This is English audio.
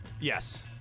Yes